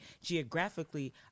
Geographically